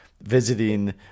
visiting